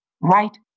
right